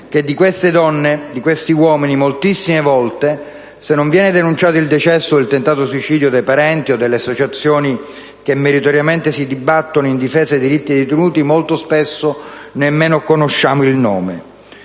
che di queste donne e questi uomini, se non viene denunciato il decesso o il tentato suicidio dai parenti o dalle associazioni che meritoriamente si battono in difesa dei diritti dei detenuti, spesso nemmeno conosciamo il nome.